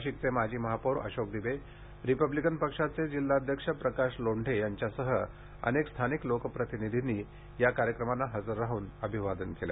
नाशिकचे माजी महापौर अशोक दिवे रिपब्लिकन पक्षाचे जिल्हाध्यक्ष प्रकाश लोंढे यांच्यासह अनेक स्थानिक लोकप्रतिनिधींनी या कार्यक्रमांना हजर राहून अभिवादन केले